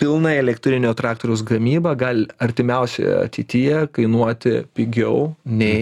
pilnai elektrinio traktoriaus gamyba gali artimiausioje ateityje kainuoti pigiau nei